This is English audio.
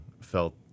felt